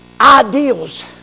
ideals